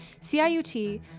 CIUT